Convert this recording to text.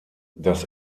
das